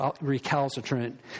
recalcitrant